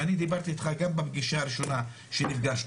ואני דיברתי איתך גם בפגישה הראשונה שנפגשנו.